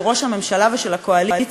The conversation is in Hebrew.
של ראש הממשלה ושל הקואליציה,